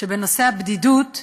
שבנושא הבדידות,